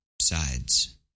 sides